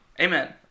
Amen